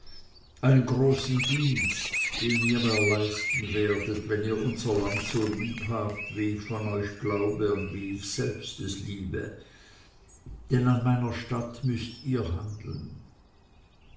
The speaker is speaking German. einen großen dienst den ihr mir leisten werdet wenn ihr unser land so liebhabt wie ich von euch glaube und wie ich selbst es liebe denn an meiner statt müßt ihr handeln